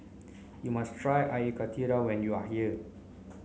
you must try Air Karthira when you are here